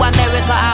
America